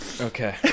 Okay